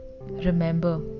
Remember